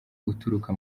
uturuka